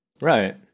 right